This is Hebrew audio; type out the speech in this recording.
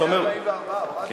היה 44%, הורדנו את זה.